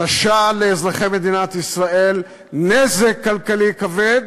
התשה לאזרחי מדינת ישראל, נזק כלכלי כבד,